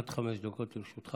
עד חמש דקות לרשותך.